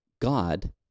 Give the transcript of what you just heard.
God